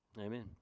Amen